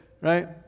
Right